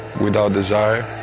without desire,